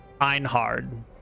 Einhard